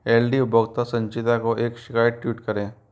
L D उपभोक्ता संचिता को एक शिकायत ट्वीट करें